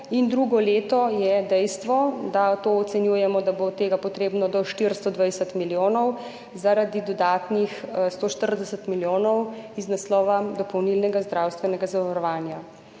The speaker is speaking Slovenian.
drugo leto je dejstvo, ocenjujemo, da bo potrebno do 420 milijonov zaradi dodatnih 140 milijonov iz naslova dopolnilnega zdravstvenega zavarovanja.